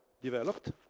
developed